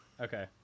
Okay